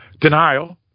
denial